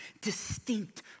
distinct